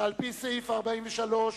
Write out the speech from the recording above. שעל-פי סעיף 43(א)